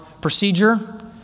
procedure